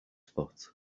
foot